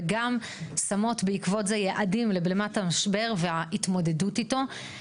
וגם שמות בעקבות זה יעדים לבלימת המשבר והתמודדות איתו.